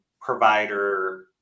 provider